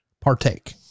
partake